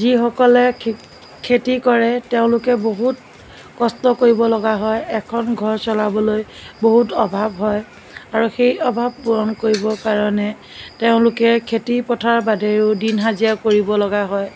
যিসকলে খে খেতি কৰে তেওঁলোকে বহুত কষ্ট কৰিব লগা হয় এখন ঘৰ চলাবলৈ বহুত অভাৱ হয় আৰু সেই অভাৱ পূৰণ কৰিবৰ কাৰণে তেওঁলোকে খেতি পথাৰ বাদেও দিন হাজিৰা কৰিব লগাও হয়